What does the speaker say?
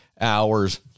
hours